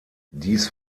dies